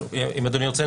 אם אדוני רוצה,